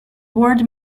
word